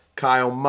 Kyle